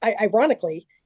ironically